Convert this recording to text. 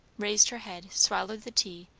raised her head, swallowed the tea,